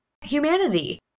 humanity